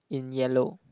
in yellow